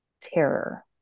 terror